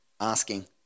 Asking